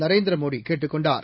நரேந்திர மோடி கேட்டுக் கொண்டார்